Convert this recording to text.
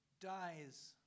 dies